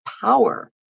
power